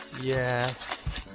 Yes